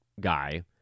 guy